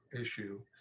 issue